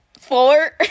Four